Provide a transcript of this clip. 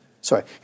Sorry